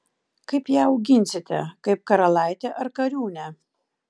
kaip ją auginsite kaip karalaitę ar kariūnę